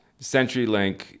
CenturyLink